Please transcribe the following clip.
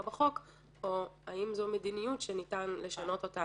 בחוק או האם זו מדיניות שניתן לשנות.